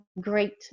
great